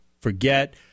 forget